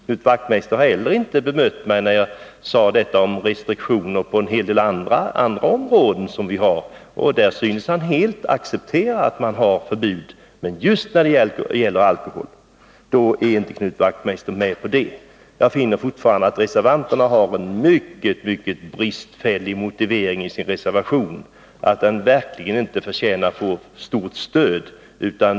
Knut Wachtmeister har inte heller bemött vad jag sade om restriktioner på en hel del andra områden. Där syns han helt acceptera förbud. Men när det gäller alkoholen är han inte med. Jag finner fortfarande att reservanterna har en mycket bristfällig motivering i sin reservation och att den verkligen inte förtjänar stort stöd.